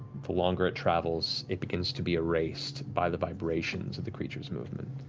the longer it travels, it begins to be erased by the vibrations of the creature's movement.